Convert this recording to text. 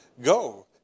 Go